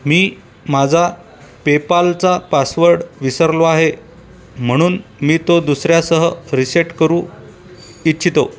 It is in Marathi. मी माझा पेपालचा पासवर्ड विसरलो आहे म्हणून मी तो दुसर्यासह रीसेट करू इच्छितो